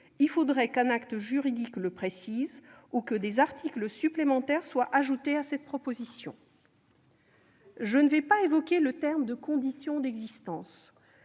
Il faudrait qu'un acte juridique le précise ou que des articles supplémentaires soient ajoutés à cette proposition de loi. Je ne vais pas évoquer l'expression « conditions d'existence